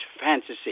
fantasy